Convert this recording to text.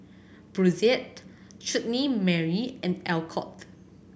Brotzeit Chutney Mary and Alcott